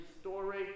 story